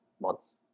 months